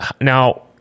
now